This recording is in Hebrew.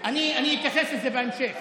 אני אתייחס לזה בהמשך.